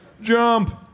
Jump